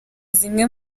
zimwe